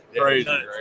Crazy